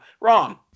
Wrong